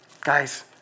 Guys